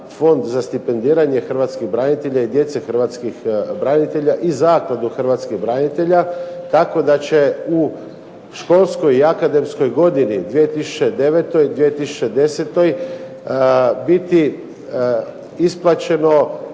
Fond za stipendiranje Hrvatskih branitelja i djece Hrvatskih branitelja i Zakladu Hrvatskih branitelja tako da će u školskoj i akademskoj godini 2009./2010. biti isplaćeno